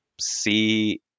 see